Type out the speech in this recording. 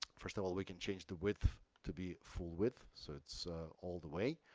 first of all we can change the width to be full width. so it's all the way.